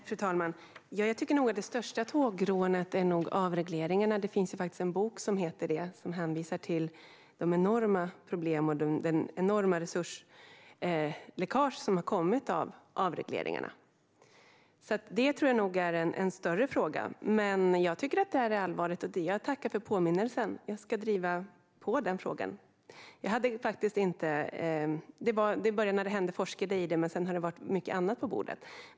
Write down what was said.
Fru talman! Jag tycker nog att det största tågrånet är avregleringarna. Det finns faktiskt en bok som heter Det stora tågrånet och som handlar om de enorma problem och det enorma resursläckage som avregleringarna har lett till. Jag tror alltså att det är en större fråga. Jag tycker att det här är allvarligt, och jag tackar för påminnelsen. Jag ska driva på i frågan. När det hände forskade jag i det, men sedan har det varit mycket annat på bordet.